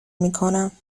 میکنم